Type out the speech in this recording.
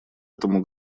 этому